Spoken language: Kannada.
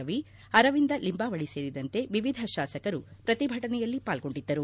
ರವಿ ಅರವಿಂದ ಲಿಂಬಾವಳಿ ಸೇರಿದಂತೆ ವಿವಿಧ ಶಾಸಕರು ಪ್ರತಿಭಟನೆಯಲ್ಲಿ ಪಾಲ್ಗೊಂಡಿದ್ದರು